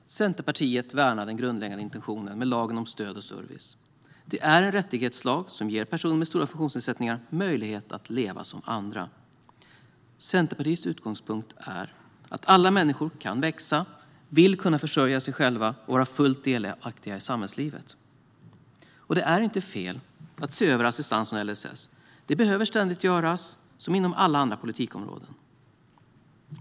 Herr talman! Centerpartiet värnar den grundläggande intentionen med lagen om stöd och service. Det är en rättighetslag som ger personer med stora funktionsnedsättningar möjlighet att leva som andra. Centerpartiets utgångspunkt är att alla människor kan växa och vill kunna försörja sig själva och vara fullt delaktiga i samhällslivet. Det är inte fel att se över assistansen och LSS. Det behöver ständigt göras, som inom alla andra politikområden.